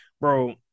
Bro